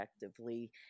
effectively